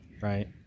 Right